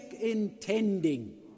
intending